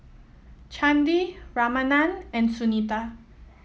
Chandi Ramanand and Sunita